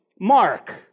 Mark